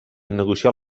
negociar